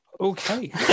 Okay